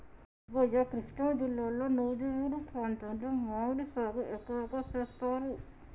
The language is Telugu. సుబ్బయ్య కృష్ణా జిల్లాలో నుజివీడు ప్రాంతంలో మామిడి సాగు ఎక్కువగా సేస్తారు